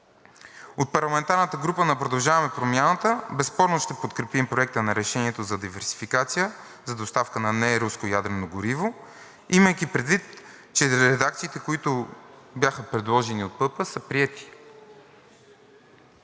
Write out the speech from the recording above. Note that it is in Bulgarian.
От парламентарната група на „Продължаваме Промяната“ безспорно ще подкрепим Проекта на решението за диверсификация за доставка на неруско ядрено гориво, имайки предвид, че редакциите, които бяха предложени от ПП, са приети.